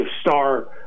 star